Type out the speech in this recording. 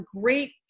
great